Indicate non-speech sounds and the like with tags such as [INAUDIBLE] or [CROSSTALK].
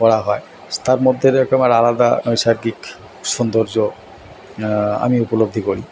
করা হয় তার মধ্যে [UNINTELLIGIBLE] আলাদা নৈসার্গিক সুন্দর্য আমি উপলব্ধি করি